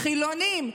חילונים,